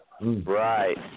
Right